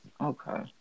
Okay